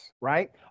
right